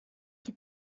que